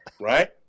Right